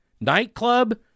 Nightclub